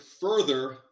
further